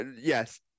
yes